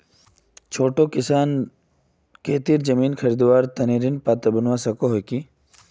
छोटो किसान खेतीर जमीन खरीदवार तने ऋण पात्र बनवा सको हो कि?